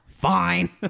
fine